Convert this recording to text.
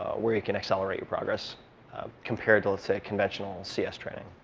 ah where you can accelerate your progress compared to, let's say, a conventional cs training.